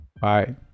bye